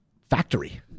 factory